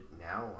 now